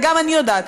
וגם אני יודעת,